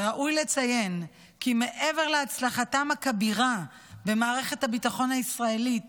וראוי לציין כי מעבר להצלחתם הכבירה במערכת הביטחון הישראלית,